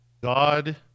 God